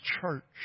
church